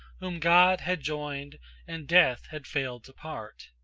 whom god had joined and death had failed to part.